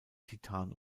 titan